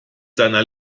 seiner